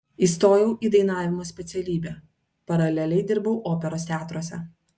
įstojau į dainavimo specialybę paraleliai dirbau operos teatruose